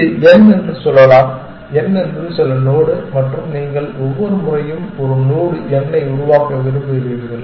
இது n என்று சொல்லலாம் n என்பது சில நோடு மற்றும் நீங்கள் ஒவ்வொரு முறையும் ஒரு நோடு n ஐ உருவாக்க விரும்புகிறீர்கள்